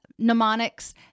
Mnemonics